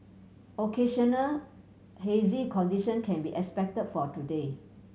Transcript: occasional hazy condition can be expected for today